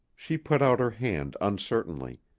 she put out her hand uncertainly,